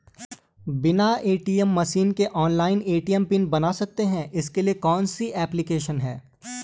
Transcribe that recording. बिना ATM machine के online ATM pin बन सकता है इसके लिए कोई ऐप्लिकेशन है?